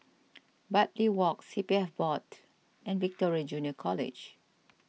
Bartley Walk C P F Board and Victoria Junior College